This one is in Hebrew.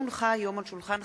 התשע"ב 2012,